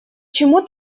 чему